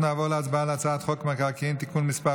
אנחנו נעבור להצבעה על הצעת חוק המקרקעין (תיקון מס'